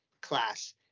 class